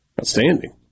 Outstanding